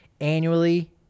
annually